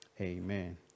Amen